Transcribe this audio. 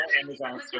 Amazon